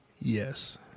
Yes